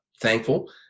thankful